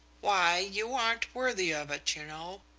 why, you aren't worthy of it, you know.